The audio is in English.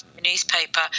Newspaper